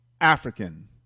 African